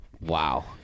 wow